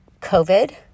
COVID